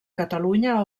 catalunya